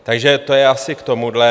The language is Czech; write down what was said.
Takže to je asi k tomuhle.